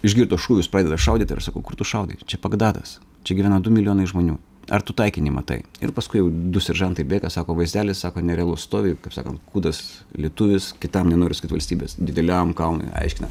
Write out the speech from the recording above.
išgirdo šūvius pradeda šaudyt ir aš sakau kur tu šaudai čia bagdadas čia gyvena du milijonai žmonių ar tu taikinį matai ir paskui jau du seržantai bėga sako vaizdelis sako nerealus stovi kaip sakant kūdas lietuvis kitam nenoriu sakyt valstybės dideliam kalnui aiškina